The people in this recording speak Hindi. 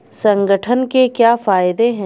संगठन के क्या फायदें हैं?